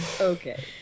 Okay